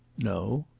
no.